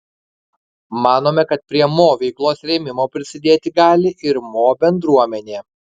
manome kad prie mo veiklos rėmimo prisidėti gali ir mo bendruomenė